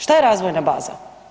Šta je razvojna baza?